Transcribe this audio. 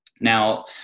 Now